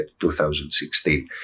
2016